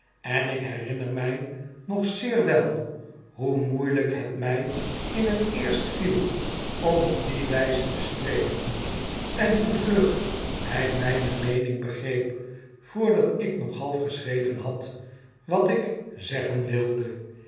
en ik herinner mij nog zeer wel hoe moeielijk het mij in het eerst viel om op die wyze te spreken en hoe vlug hy myne meening begreep voordat ik nog half geschreven had wat ik zeggen wilde